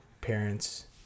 parents